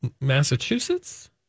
Massachusetts